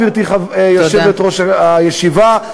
גברתי יושבת-ראש הישיבה,